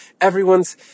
Everyone's